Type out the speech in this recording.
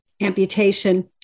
amputation